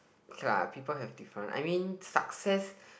okay lah people have different I mean success